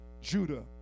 Judah